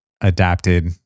adapted